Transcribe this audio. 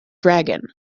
dragon